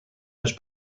his